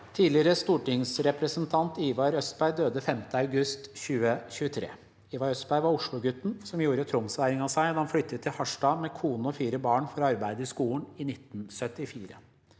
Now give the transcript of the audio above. Tidligere stortingsrepresentant Ivar Østberg døde 5. august 2023. Ivar Østberg var oslogutten som gjorde tromsværing av seg da han flyttet til Harstad med kone og fire barn for å arbeide i skolen i 1974.